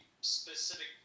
specific